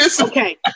Okay